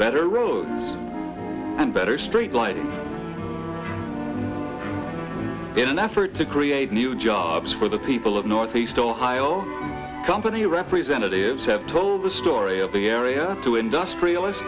better roads and better street lighting in an effort to create new jobs for the people of northeast ohio company representatives have told the story of the area to industrial